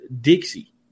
Dixie